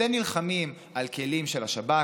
אתם נלחמים על כלים של השב"כ,